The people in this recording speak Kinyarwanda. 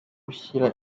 ushyira